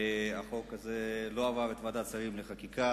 החוק הזה לא עבר את ועדת השרים לחקיקה,